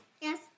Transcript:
Yes